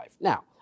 Now